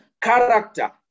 character